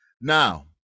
Now